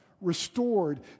restored